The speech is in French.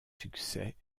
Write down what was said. succès